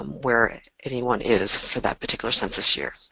um where anyone is for that particular census year.